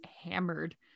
hammered